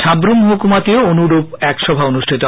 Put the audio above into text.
সাব্রুম মহকুমাতেও অনুরূপ এক সভা অনুষ্ঠিত হয়